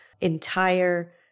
entire